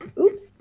Oops